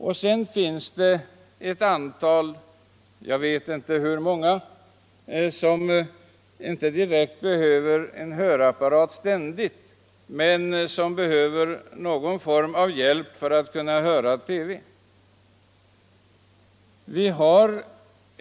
Och sedan finns det ett antal — jag vet inte hur många — som inte ständigt behöver en hörapparat men som behöver någon form av hjälp för att kunna följa TV.